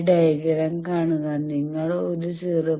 ഈ ഡയഗ്രം കാണുക നിങ്ങൾ ഒരു 0